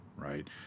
Right